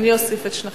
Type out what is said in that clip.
אני אוסיף את שניכם.